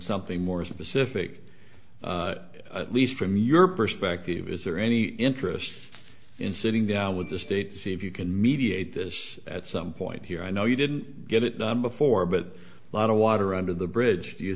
something more specific at least from your perspective is there any interest in sitting down with the state to see if you can mediate this at some point here i know you didn't get it done before but a lot of water under the bridge do you